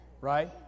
Right